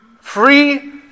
free